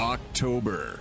October